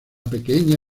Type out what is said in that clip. pequeña